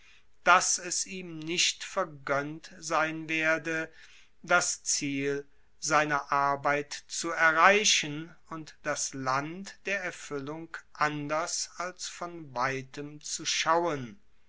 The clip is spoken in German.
dass es ihm nicht vergoennt sein werde das ziel seiner arbeit zu erreichen und das land der erfuellung anders als von weitem zu schauen